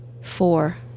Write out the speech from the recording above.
four